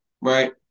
Right